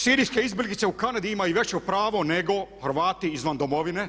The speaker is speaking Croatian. Sirijske izbjeglice u Kanadi imaju veće pravo nego Hrvati izvan domovine.